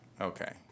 Okay